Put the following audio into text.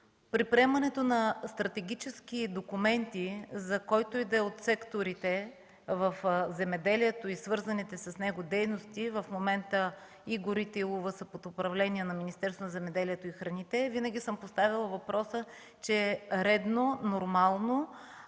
При приемането на стратегически документи, за който и да е от секторите в земеделието и свързаните с него дейности, в момента и горите, и ловът са под управление на Министерство на земеделието